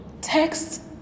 text